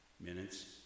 minutes